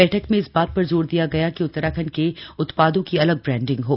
बैठक में इस बात पर जोर दिया गया कि उत्तराखण्ड के उत्पादों की अलग ब्रांडिंग हो